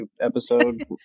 episode